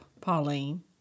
Pauline